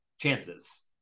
chances